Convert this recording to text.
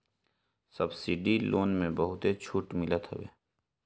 subsidy loan में बहुते छुट मिलत हवे